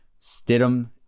Stidham